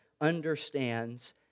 understands